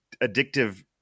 addictive